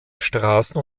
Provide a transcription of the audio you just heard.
straßen